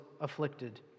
afflicted